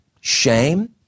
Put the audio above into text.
shame